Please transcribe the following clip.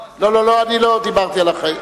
לא, אני לא דיברתי על אחראי.